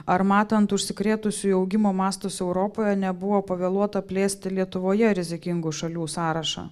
ar matant užsikrėtusiųjų augimo mastus europoje nebuvo pavėluota plėsti lietuvoje rizikingų šalių sąrašą